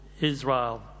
Israel